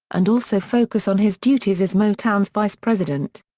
and also focus on his duties as motown's vice president.